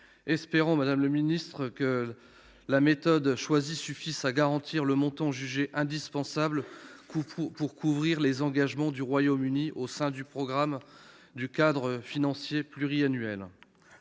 Espérons, madame la ministre, que la méthode choisie permettra de garantir le montant jugé indispensable pour couvrir les engagements du Royaume-Uni au sein des programmes du cadre financier pluriannuel.